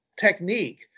technique